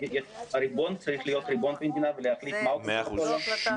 הריבון צריך להיות ריבון מדינה ולהחליט מה עושים..